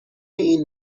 این